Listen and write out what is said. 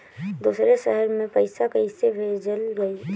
दूसरे शहर में पइसा कईसे भेजल जयी?